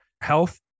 health